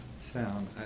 Sound